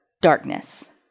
Darkness